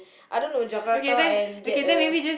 I don't know Jakarta and get a